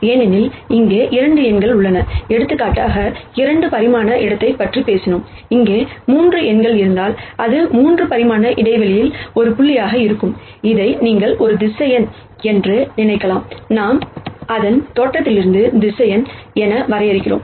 ஏனெனில் இங்கே 2 எண்கள் உள்ளன எடுத்துக்காட்டாக 2 பரிமாண இடத்தைப் பற்றி பேசினோம் இங்கே 3 எண்கள் இருந்தால் அது 3 பரிமாண இடைவெளியில் ஒரு புள்ளியாக இருக்கும் இதை நீங்கள் ஒரு வெக்டர் என்றும் நினைக்கலாம் நாம் அதன் தோற்றத்திலிருந்து வெக்டர் என வரையறுக்கிறோம்